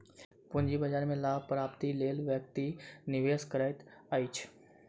पूंजी बाजार में लाभ प्राप्तिक लेल व्यक्ति निवेश करैत अछि